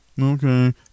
Okay